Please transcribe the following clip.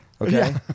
Okay